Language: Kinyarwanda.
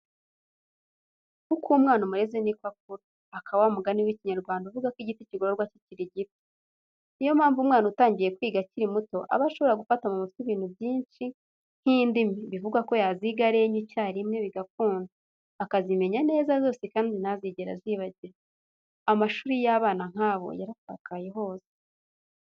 Uko umwana umureze niko akura, aka wa mugani w'Ikinyarwanda uvuga ko igiti kigororwa kikiri gito. Niyo mpamvu umwana utangiye kwiga akiri muto aba ashobora gufata mu mute ibintu byinshi nk'indimi, bivugwa ko yaziga ari enye icyarimwe, bigakunda, akazimenya neza zose, kandi ntazigere azibagirwa. Amashuri y'abana nk'abo yarasakaye hose.